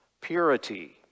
Purity